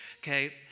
Okay